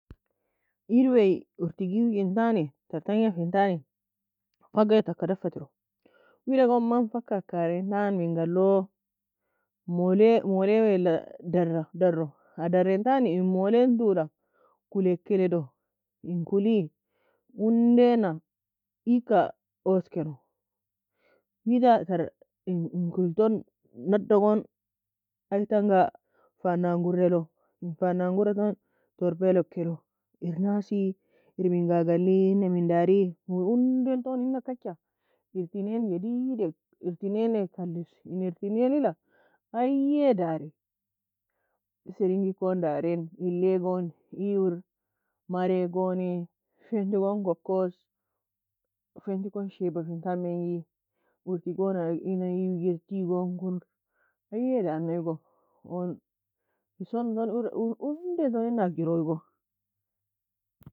Ede wea urtiga iwjintani, tar tagnafietani, Faghae taka daffa tiro, wida gon man fagkka aa karintani minga allo? Mole mole weala dara darro, aa darintani in molenntoula Kulleaka eledo, in kuli uondaena iygka oskeno, wida tar in in kulton nada gon aytanga fanangoura elo, in fanangoura tone torbeal eka elo. Irr nasi? Irr minga alie? Ina min dari? Uui undain ton ina kacha, irtineain jedidek irtineaineak allis, irtineainila aye dari, Siring kon daren, iyur, mare goni, fente gon kokos, Fenti kon shiabafintan menji, urti gon aa ina ewugir, tei gon kunr, ayie dana eagu, on huson ton uor onden ton ina agiro eago.